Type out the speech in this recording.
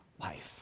life